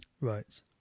Right